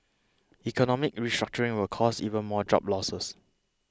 economic restructuring will cause even more job losses